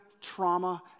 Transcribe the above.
trauma